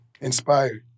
inspired